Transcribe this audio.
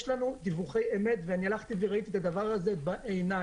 יש לנו דיווחי אמת, וראיתי את הדבר הזה בעיניים.